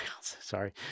sorry